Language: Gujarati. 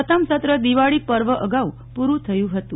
પ્રથમ સત્ર દિવાળી પર્વ અગાઉ પુરું થયું હતું